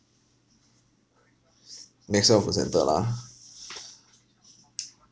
maxwell food centre lah